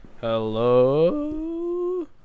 Hello